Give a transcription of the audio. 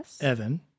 Evan